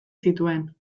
zituen